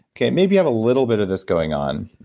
okay, maybe have a little bit of this going on,